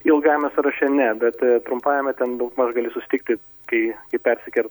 ilgajame sąraše ne bet trumpajame ten daugmaž gali susitikti kai kai persiker